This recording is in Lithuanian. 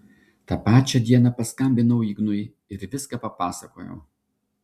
tą pačią dieną paskambinau ignui ir viską papasakojau